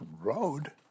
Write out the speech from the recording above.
road